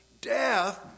Death